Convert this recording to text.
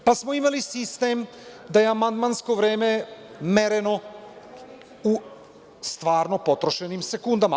Onda smo imali sistem da je amandmansko vreme mereno u stvarno potrošenim sekundama.